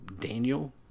Daniel